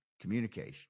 Communication